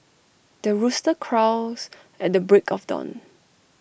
the rooster crows at the break of dawn